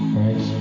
right